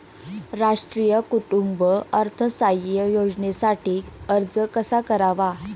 राष्ट्रीय कुटुंब अर्थसहाय्य योजनेसाठी अर्ज कसा करावा?